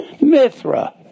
Mithra